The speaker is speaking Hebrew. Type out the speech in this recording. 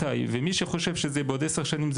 מי שחושב שזה יהיה בעוד עשר שנים,